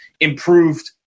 Improved